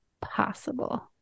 possible